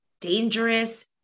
dangerous